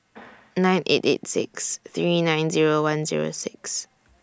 nine eight eight six three nine Zero one Zero six